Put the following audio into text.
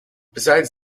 besides